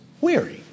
weary